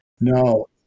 No